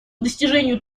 достижению